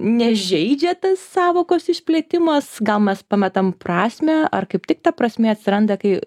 nežeidžia tas sąvokos išplėtimas gal mes pametam prasmę ar kaip tik ta prasmė atsiranda kai